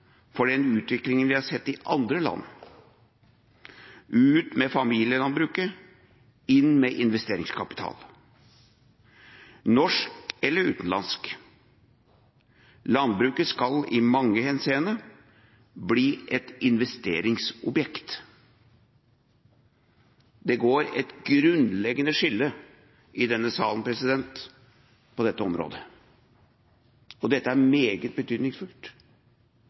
for den utviklingen vi har sett i andre land: ut med familielandbruket, inn med investeringskapital, norsk eller utenlandsk. Landbruket skal i mange henseender bli et investeringsobjekt. Det går et grunnleggende skille i denne salen på dette området, og dette er meget betydningsfullt,